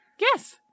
Yes